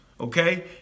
Okay